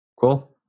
cool